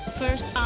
first